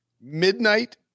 midnight